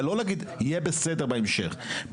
לא להגיד יהיה בסדר בהמשך.